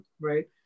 right